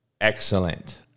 excellent